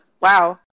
wow